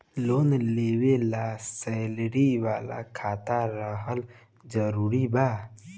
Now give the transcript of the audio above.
Loan लेवे ला salary वाला खाता रहल जरूरी बा?